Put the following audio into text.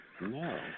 no